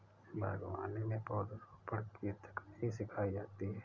बागवानी में पौधरोपण की तकनीक सिखाई जाती है